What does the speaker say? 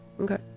Okay